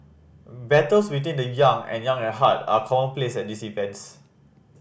battles between the young and young at heart are commonplace at these events